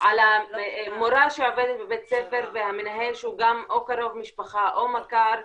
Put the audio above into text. על המורה שעובדת בבית ספר והמנהל שהוא גם או קרוב משפחה או מכר,